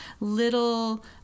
little